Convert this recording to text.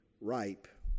ripe